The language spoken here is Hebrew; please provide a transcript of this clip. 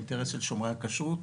העדכון, דובר על העקיבה, לצורך